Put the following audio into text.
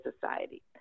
Society